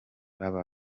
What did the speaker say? baba